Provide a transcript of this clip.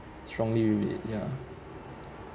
strongly with it ya